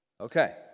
okay